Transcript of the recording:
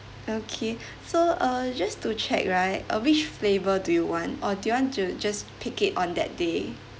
okay so uh just to check right uh which flavour do you want or do you want to just pick it on that day